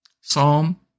Psalm